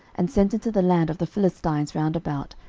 and sent into the land of the philistines round about,